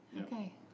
Okay